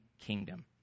kingdom